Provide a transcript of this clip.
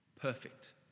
perfect